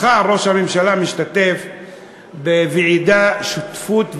מחר ראש הממשלה משתתף בוועידת "שותפות וצמיחה"